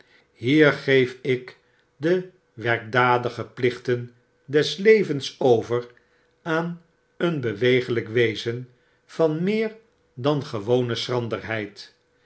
hier geef ik de werkdadige plichten des levens over aan een beweeglyk wezen van meer dan gewone schranderheid